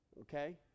Okay